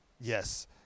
Yes